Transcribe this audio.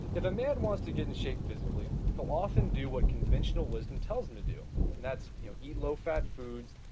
if a man wants to get in shape physically, he'll often do what conventional wisdom tells him to do that's, you know, eat low fat foods,